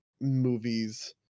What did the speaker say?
movies